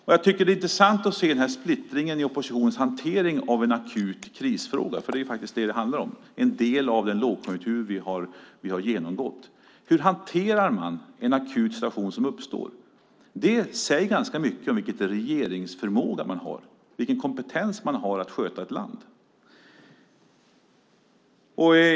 Jag tycker att det är intressant att se den här splittringen i oppositionens hantering av en akut krisfråga, för det är faktiskt det som det handlar om då den är en del av den lågkonjunktur som vi har genomgått. Hur hanterar man en akut situation som uppstår? Det säger ganska mycket om vilken regeringsförmåga man har och vilken kompetens man har att sköta ett land.